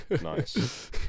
Nice